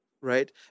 right